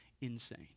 insane